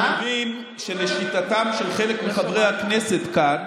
זה לא מקומך שם.